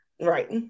right